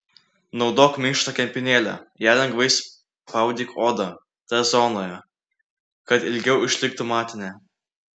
naudok minkštą kempinėlę ja lengvai spaudyk odą t zonoje kad ilgiau išliktų matinė